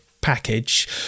package